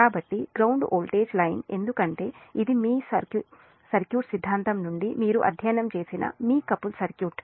కాబట్టి గ్రౌండ్ వోల్టేజ్కు లైన్ ఎందుకంటే ఇది మీ సర్క్యూట్ సిద్ధాంతం నుండి మీరు అధ్యయనం చేసిన మీ కపుల్ సర్క్యూట్